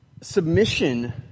Submission